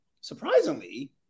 surprisingly